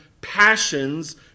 passions